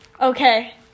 Okay